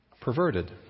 perverted